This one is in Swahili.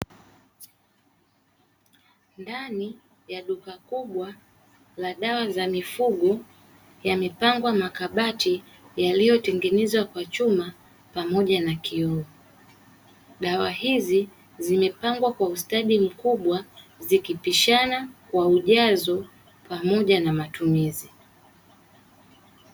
Ndani ya duka kubwa la dawa za mifugo yamepangwa makabati yaliyotengenezwa kwa chuma pamoja na kioo, dawa hizi zimepangwa kwa ustadi mkubwa zikipishana kwa ujazo pamoja na matumizi.